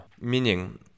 Meaning